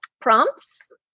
prompts